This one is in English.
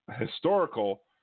historical